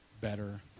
better